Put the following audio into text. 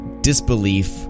disbelief